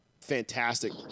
fantastic